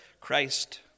Christ